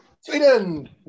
Sweden